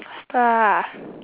faster ah